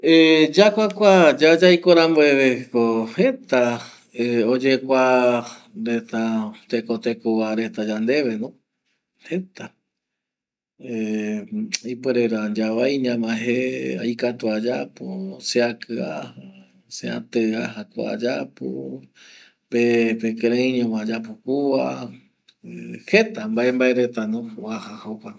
Yayakua ya yaiko rambueve ko jeta ˂Hesitation˃ oyekua reta teko teko reta yandeve jeta ˂Hesitation˃ ipuere ra yavai ñamae je, aikatua ayapo, seaki aja se atei aja kua ayapo, pe pekirei ño ma ayapo kua ˂Hesitation˃ jeta vaereta uaja jokua